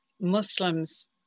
Muslims